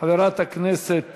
חברת הכנסת